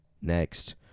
next